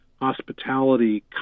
hospitality